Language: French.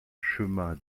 chemin